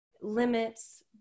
limits